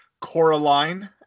Coraline